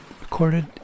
recorded